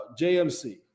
JMC